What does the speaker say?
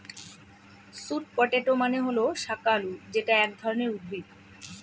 sweet potato মানে হল শাকালু যেটা এক ধরনের উদ্ভিদ